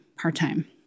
part-time